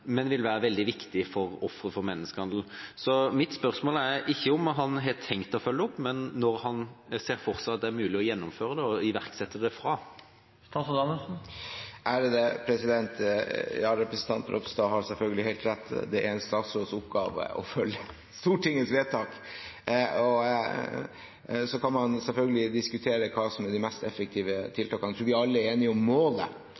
men det vil være veldig viktig for ofre for menneskehandel. Mitt spørsmål er ikke om han har tenkt å følge opp, men når han ser for seg at det er mulig å gjennomføre og iverksette det? Representanten Ropstad har selvfølgelig helt rett. Det er en statsråds oppgave å følge opp Stortingets vedtak. Så kan man selvfølgelig diskutere hva som er de mest effektive tiltakene. Jeg tror vi alle er enige om målet.